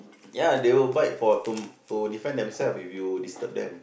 ya they will bite for to to defend themselves if you disturb them